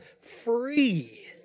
free